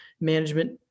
management